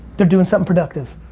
they're doing something productive.